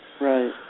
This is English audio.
Right